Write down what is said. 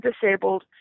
disabled